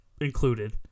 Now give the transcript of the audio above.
included